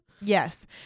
Yes